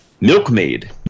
Milkmaid